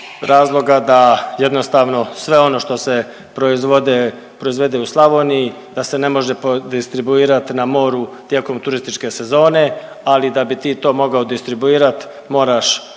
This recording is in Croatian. razloga da jednostavno sve ono što se proizvode, proizvode u Slavoniji da se ne može distribuirat na moru tijekom turističke sezone, ali da bi ti to mogao distribuirat moraš